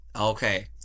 okay